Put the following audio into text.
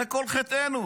זה כל חטאנו.